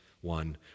one